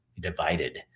divided